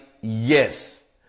yes